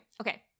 okay